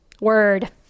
Word